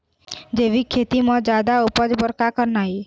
जैविक खेती म जादा उपज बर का करना ये?